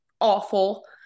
awful